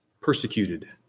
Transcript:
persecuted